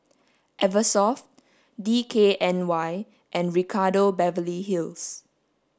eversoft D K N Y and Ricardo Beverly Hills